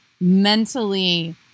mentally